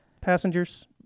passengers